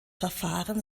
verfahren